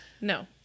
No